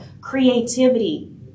creativity